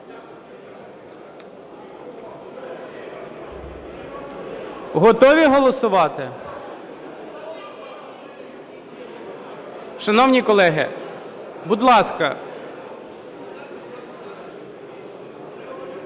Готові голосувати? Шановні колеги, будь ласка...